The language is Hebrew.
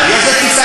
איזה תפיסה